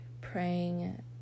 praying